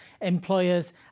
employers